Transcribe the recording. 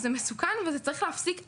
זה מסוכן וזה צריך להפסיק עכשיו.